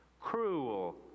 cruel